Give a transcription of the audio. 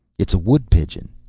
it's a wood-pigeon,